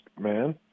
man